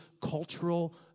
cultural